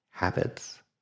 habits